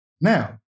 Now